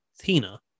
Tina